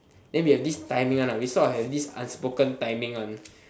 then we have this timing one lah we sort have this unspoken timing one